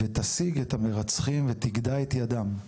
תשיג את המרצחים ותגדע את ידם.